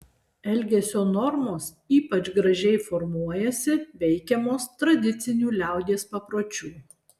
elgesio normos ypač gražiai formuojasi veikiamos tradicinių liaudies papročių